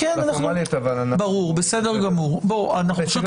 זה ברור שאם